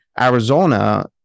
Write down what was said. Arizona